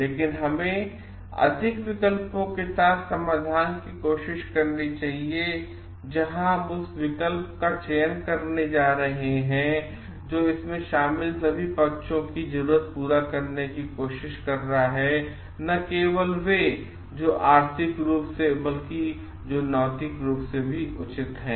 लेकिन हमें अधिक विकल्पों के साथ समाधान की कोशिश करनी चाहिएजहां हम उस विकल्प का चयन चयन करने जा रहे हैं जो इसमें शामिल सभी पक्षों की जरूरत पूरा करने की कोशिश कर रहा है है और न केवल वे जो आर्थिक रूप से बल्कि नैतिक रूप से भी उचित हैं